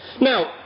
now